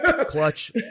Clutch